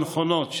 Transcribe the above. הנכונות,